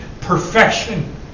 Perfection